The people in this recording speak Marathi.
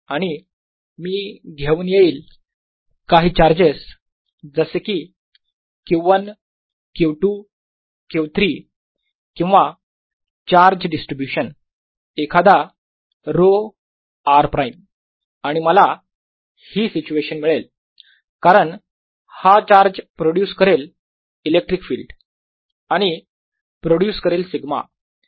आणि मी घेऊन येईल काही चार्जेस जसे की Q1 Q2 Q3 किंवा चार्ज डिस्ट्रीब्यूशन एखादा ρ r प्राईम आणि मला ही सिच्युएशन मिळेल कारण हा चार्ज प्रोड्यूस करेल इलेक्ट्रिक फील्ड आणि प्रोड्यूस करेल σ